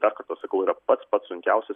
dar kartą sakau yra pats pats sunkiausias